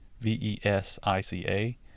V-E-S-I-C-A